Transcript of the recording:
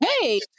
Hey